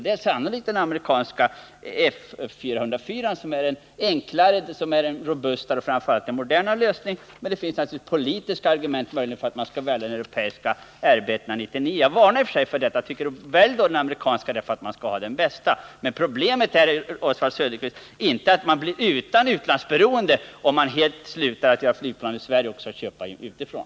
Det är sannolikt den amerikanska F 404, som är en enklare, robustare och framför allt modernare lösning. Däremot finns det möjligen politiska argument för att välja den europeiska RB 199. Jag tycker att man bör välja det amerikanska alternativet för att få det bästa. Men självklart gäller, Oswald Söderqvist, att man inte slipper utlandsberoende för att man helt slutar att göra flygplan i Sverige och i stället köper utifrån.